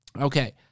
Okay